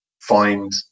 find